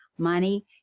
money